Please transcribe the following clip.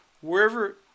wherever